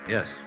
Yes